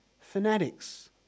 fanatics